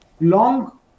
long